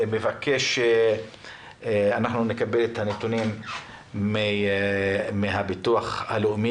אנחנו נקבל נתונים מן הביטוח הלאומי,